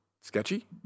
sketchy